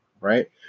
right